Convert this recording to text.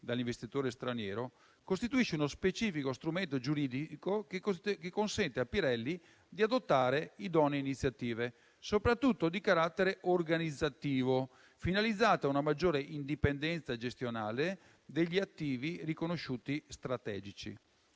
dall'investitore straniero, costituisce uno specifico strumento giuridico che consente a Pirelli di adottare idonee iniziative, soprattutto di carattere organizzativo, finalizzate a una maggiore indipendenza gestionale degli attivi riconosciuti strategici.